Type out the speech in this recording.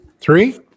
Three